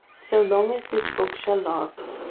so long as this book shall last,